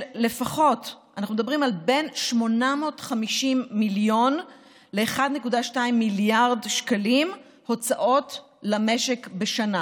אנחנו מדברים על בין 850 מיליון ל-1.2 מיליארד שקלים בהוצאות למשק בשנה.